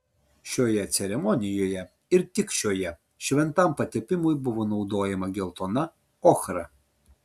šioje ceremonijoje ir tik šioje šventam patepimui buvo naudojama geltona ochra